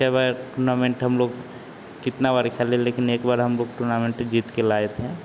कई बार टूर्नामेन्ट हमलोग कितना बारी खेले लेकिन एक बार हमलोग टूर्नामेन्ट जीत के लाए थे